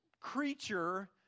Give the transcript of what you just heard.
creature